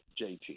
JT